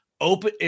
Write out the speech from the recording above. open